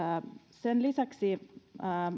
sen lisäksi